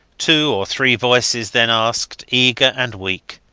two or three voices then asked, eager and weak,